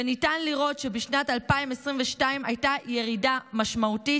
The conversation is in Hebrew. וניתן לראות שבשנת 2022 הייתה ירידה משמעותית,